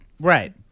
Right